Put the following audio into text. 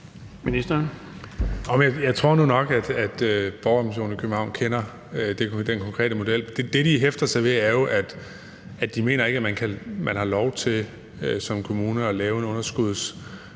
Jeg tror nu nok, at borgerrepræsentationen i København kender den konkrete model. Det, de hæfter sig ved, er, at de ikke mener, at man har lov til som kommune at lave en underskudsgaranti.